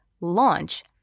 launch